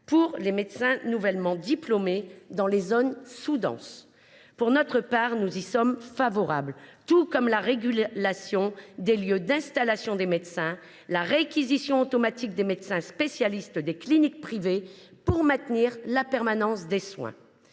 pour les médecins nouvellement diplômés dans les zones sous denses ». Pour notre part, nous y sommes favorables, tout comme à la régulation des lieux d’installation des médecins et à la réquisition automatique des médecins spécialistes des cliniques privées pour maintenir la permanence des soins.